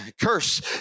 curse